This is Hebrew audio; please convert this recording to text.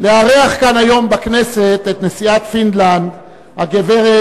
יש לנו הכבוד לארח כאן היום בכנסת את נשיאת פינלנד הגברת